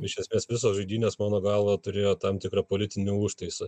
iš esmės visos žaidynės mano galva turėjo tam tikrą politinį užtaisą